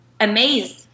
amazed